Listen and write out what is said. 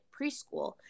preschool